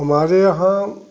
हमारे यहाँ